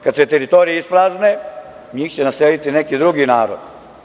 Kada se teritorije isprazne, njih će naseliti neki drugi narodi.